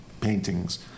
paintings